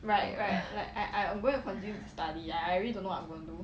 !hais!